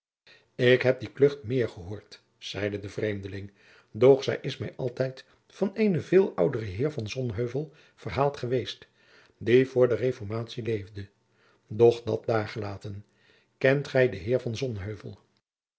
ik heb die klucht meer gehoord zeide de vreemdeling doch zij is mij altijd van eenen veel ouderen heer van sonheuvel verhaald geweest die voor de reformatie leefde doch dat daargelaten kent gij den heer